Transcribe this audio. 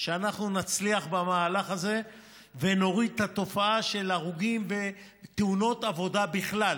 שאנחנו נצליח במהלך הזה ונוריד את התופעה של הרוגים ותאונות עבודה בכלל,